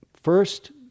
first